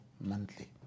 monthly